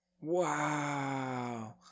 Wow